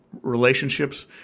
relationships